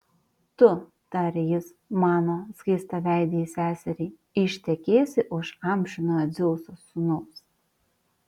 tu tarė jis mano skaistaveidei seseriai ištekėsi už amžinojo dzeuso sūnaus